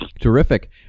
Terrific